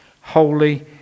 holy